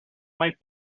might